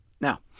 Now